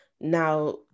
now